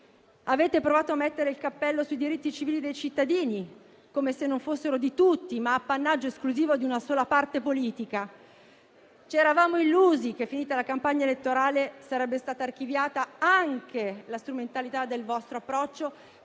Avete provato a mettere il cappello sui diritti civili dei cittadini, come se non fossero di tutti, ma appannaggio esclusivo di una sola parte politica. Ci eravamo illusi che, finita la campagna elettorale, sarebbe stata archiviata anche la strumentalità del vostro approccio,